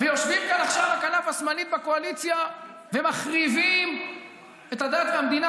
ויושבים כאן עכשיו בכנף השמאלית בקואליציה ומחריבים את הדת והמדינה.